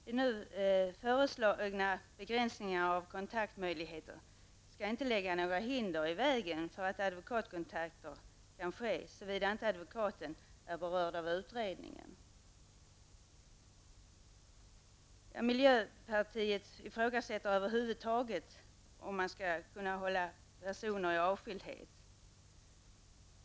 De nu föreslagna begränsningarna av kontaktmöjligheter skall inte lägga några hinder i vägen för att advokatkontakter skall kunna ske, såvida inte advokaten är berörd av utredningen. Miljöpartiet ifrågasätter om man över huvud taget skall kunna hålla personer i avskildhet.